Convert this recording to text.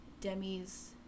Demi's